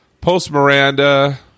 Post-Miranda